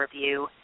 review